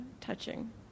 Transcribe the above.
touching